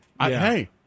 Hey